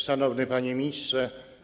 Szanowny Panie Ministrze!